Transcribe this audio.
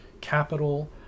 capital